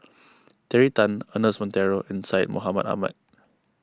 Terry Tan Ernest Monteiro and Syed Mohamed Ahmed